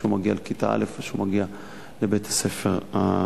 כשהוא מגיע לכיתה א' וכשהוא מגיע לבית-הספר היסודי.